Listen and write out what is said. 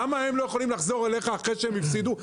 למה הם לא יכולים לחזור אליך אחרי שהם הפסידו?".